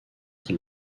qui